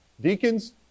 Deacons